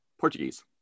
Portuguese